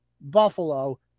Buffalo